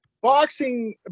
Boxing